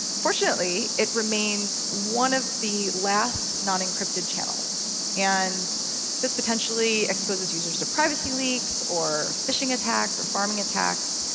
unfortunately, it remains one of the last non-encrypted channels and this potentially exposes users to privacy leaks, or phishing attacks, or pharming attacks.